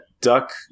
Duck